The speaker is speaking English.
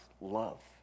love